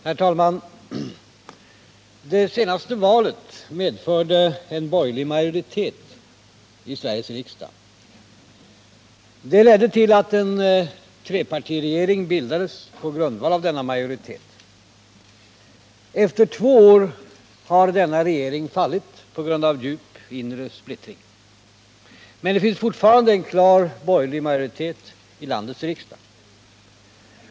Herr talman! Det senaste valet medförde en borgerlig majoritet i Sveriges riksdag. Det ledde till att en trepartiregering bildades på grundval av denna majoritet. Efter två år har denna regering fallit på grund av djup inre splittring. Men det finns fortfarande en klar borgerlig majoritet i landets riksdag.